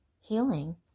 healing